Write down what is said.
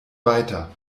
weiter